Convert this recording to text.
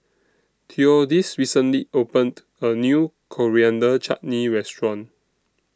Theodis recently opened A New Coriander Chutney Restaurant